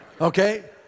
Okay